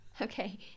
Okay